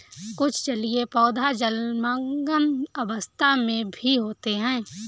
कुछ जलीय पौधे जलमग्न अवस्था में भी होते हैं